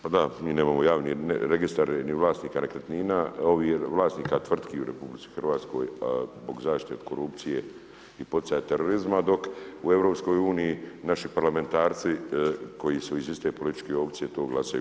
Pa da, mi nemamo javni registar ni vlasnika nekretnina ovih vlasnika tvrtki u RH zbog zaštite od korupcije i poticaja terorizma, dok u EU naši parlamentarci koji su iz iste političke opcije to glasaju.